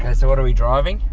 ah so what are we driving?